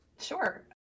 Sure